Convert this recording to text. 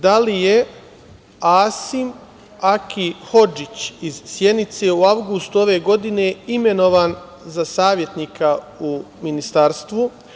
Da li je Asim Aki Hodžić iz Sjenice u avgustu ove godine imenovan za savetnika u Ministarstvu?